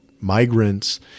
migrants